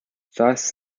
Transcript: thus